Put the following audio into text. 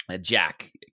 Jack